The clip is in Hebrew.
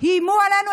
איימו עלינו.